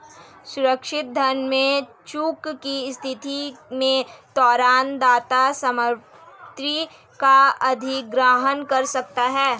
सुरक्षित ऋण में चूक की स्थिति में तोरण दाता संपत्ति का अधिग्रहण कर सकता है